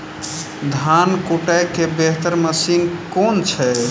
धान कुटय केँ बेहतर मशीन केँ छै?